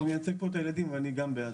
אני מייצג פה את הילדים ואני גם בעד.